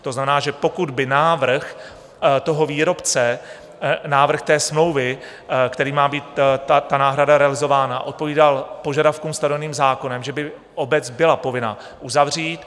To znamená, že pokud by návrh výrobce, návrh smlouvy, kterým má být náhrada realizována, odpovídal požadavkům stanoveným zákonem, že by obec byla povinna uzavřít.